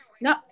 no